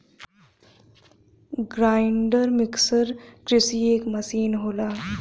grinder mixer कृषि क एक मसीन होला